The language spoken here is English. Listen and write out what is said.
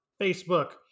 Facebook